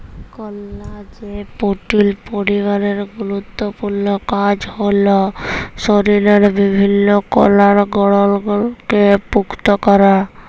কলাজেল protein পরিবারের গুরুত্তপুর্ল কাজ হ্যল শরীরের বিভিল্ল্য কলার গঢ়লকে পুক্তা ক্যরা